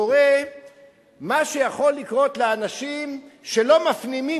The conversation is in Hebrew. קורה מה שיכול לקרות לאנשים שלא מפנימים